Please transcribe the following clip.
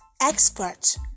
expert